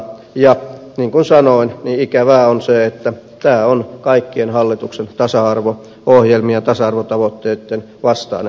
ja niin kuin sanoin niin ikävää on se että tämä on kaikkien hallituksen tasa arvo ohjelmien tasa arvotavoitteitten vastainen ratkaisu